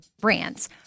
brands